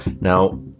Now